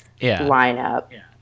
lineup